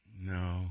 No